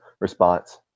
response